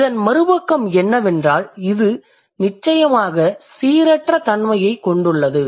இதன் மறுபக்கம் என்னவென்றால் இது நிச்சயமாக சீரற்ற தன்மையைக் கொண்டுள்ளது